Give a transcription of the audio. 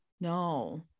no